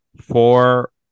four